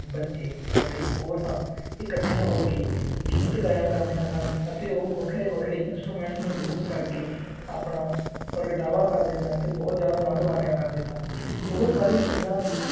ਬੱਚੇ ਅਤੇ ਔਰਤਾਂ ਇਕੱਠੀਆਂ ਹੋ ਕੇ ਗੀਤ ਗਾਇਆ ਕਰਦੀਆਂ ਸਨ ਅਤੇ ਉਹ ਵੱਖਰੇ ਵੱਖਰੇ ਇੰਸਟਰੂਮੈਂਟਸ ਨੂੰ ਯੂਜ ਕਰਕੇ ਆਪਣਾ ਪ੍ਰਗਟਾਵਾ ਕਰਦੇ ਸਨ ਅਤੇ ਬਹੁਤ ਜ਼ਿਆਦਾ ਆਨੰਦ ਮਾਣਿਆ ਕਰਦੇ ਸਨ ਉਹ ਸਾਰੀ ਚੀਜ਼ਾਂ ਦੀ